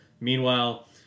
Meanwhile